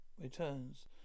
returns